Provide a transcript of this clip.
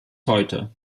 heute